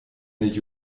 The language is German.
der